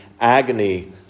agony